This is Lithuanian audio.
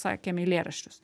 sakėm eilėraščius